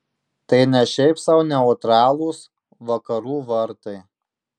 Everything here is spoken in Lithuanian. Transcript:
tai ne šiaip sau neutralūs vakarų vartai